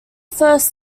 first